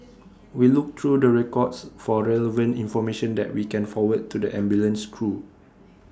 we look through the records for relevant information that we can forward to the ambulance crew